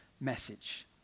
message